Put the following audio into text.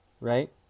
right